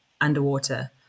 underwater